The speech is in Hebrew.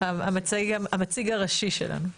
המציג הראשי שלנו פה.